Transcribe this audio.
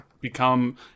become